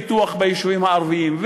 של פיתוח ביישובים הערביים.